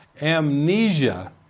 amnesia